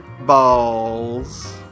balls